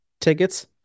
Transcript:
tickets